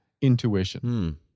intuition